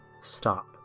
stop